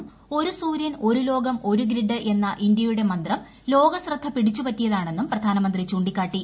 ഒരു സൂര്യൻ ഒരു ലോകം ഒരു ഗ്രിഡ് എന്ന ഇന്ത്യയുടെ മന്ത്രം ലോക ശ്രദ്ധ പിടിച്ചുപറ്റിയതാണെന്നും പ്രധാനമന്ത്രി ചൂണ്ടിക്കാട്ടി